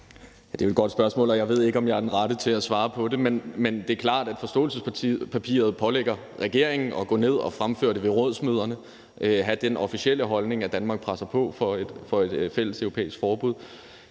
Det er jo et godt spørgsmål, og jeg ved ikke, om jeg er den rette til at svare på det. Men det er klart, at forståelsespapiret pålægger regeringen at gå ned og fremføre det ved rådsmøderne og have den officielle holdning, at Danmark presser på for et fælleseuropæisk forbud.